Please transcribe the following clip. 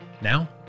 Now